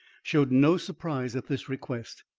showed no surprise, at this request,